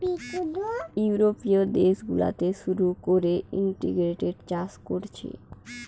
ইউরোপীয় দেশ গুলাতে শুরু কোরে ইন্টিগ্রেটেড চাষ কোরছে